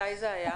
מתי זה היה?